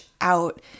out